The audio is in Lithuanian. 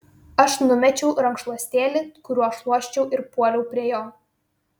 aš numečiau rankšluostėlį kuriuo šluosčiau ir puoliau prie jo